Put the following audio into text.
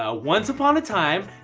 ah once upon a time,